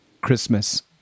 Christmas